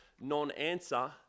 non-answer